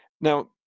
Now